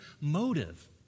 motive